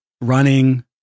running